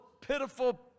pitiful